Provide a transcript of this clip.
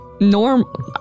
normal